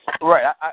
Right